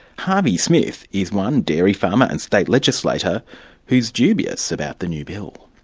harvey smith is one dairy farmer and state legislator who is dubious about the new bill.